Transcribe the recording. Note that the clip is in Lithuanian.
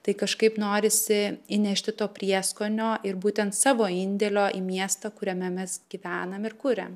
tai kažkaip norisi įnešti to prieskonio ir būtent savo indėlio į miestą kuriame mes gyvenam ir kuriam